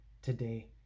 today